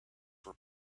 were